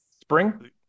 spring